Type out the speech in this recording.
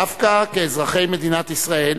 דווקא כאזרחי מדינת ישראל,